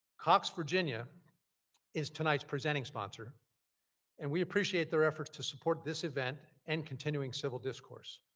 cox virginia is tonight's presenting sponsor and we appreciate their efforts to support this event and continuing civil discourse.